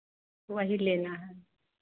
वही लेना है